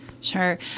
Sure